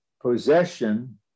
possession